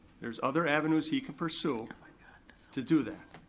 there's other avenues he can pursue to do that.